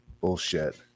bullshit